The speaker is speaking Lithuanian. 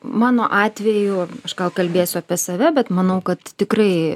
mano atveju aš gal kalbėsiu apie save bet manau kad tikrai